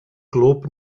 glwb